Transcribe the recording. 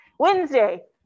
Wednesday